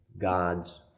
God's